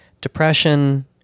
depression